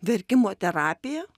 verkimo terapija